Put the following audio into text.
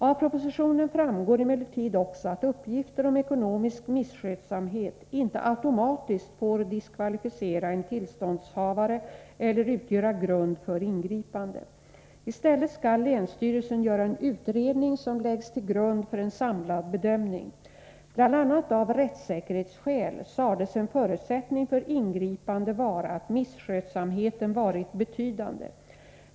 Av propositionen framgår emellertid också att uppgifter om ekonomisk misskötsamhet inte automatiskt får diskvalificera en tillståndshavare eller utgöra grund för ingripande. I stället skall länsstyrelsen göra en utredning som läggs till grund för en samlad bedömning. BI. a. av rättssäkerhetsskäl sades en förutsättning för ingripande vara att misskötsamheten varit betydande.